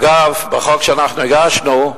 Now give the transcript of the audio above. אגב, בחוק שאנחנו הגשנו,